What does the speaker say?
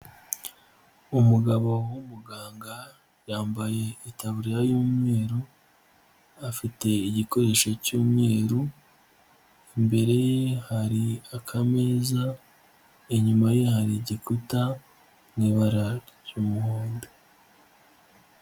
Umugabo w'umuganga yambaye itaburiya y'umweru afite igikoresho cy'umweru, imbere ye hari akameza inyuma ye igikuta mu ibara ry'umuhondo.